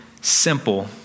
simple